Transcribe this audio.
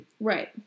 Right